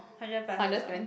hundred plus also